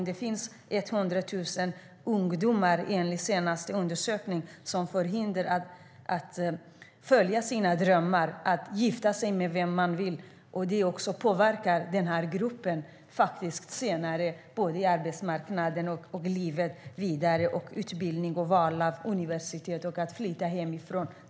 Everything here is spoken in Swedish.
Det finns enligt den senaste undersökningen 100 000 ungdomar som hindras från att följa sina drömmar och från att gifta sig med vem de vill. Det påverkar också den här gruppen senare i livet när det gäller utbildning och val av universitet och att flytta hemifrån.